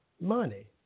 money